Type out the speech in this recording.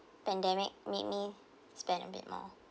pandemic made me spend a bit more